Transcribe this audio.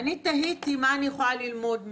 תהיתי מה אנחנו יכולים ללמוד מזה.